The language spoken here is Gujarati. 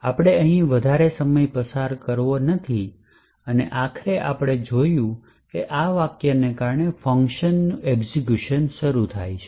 આપણે અહીં વધારે સમય પસાર કરવો નથી અને આખરે આપણે જોશું કે આ વાક્યને કારણે ફંકશન એક્ઝેક્યુશન શરૂ થશે